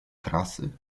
krasy